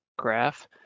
Graph